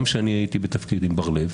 גם כשאני הייתי בתפקיד עם בר-לב,